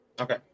Okay